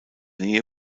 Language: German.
nähe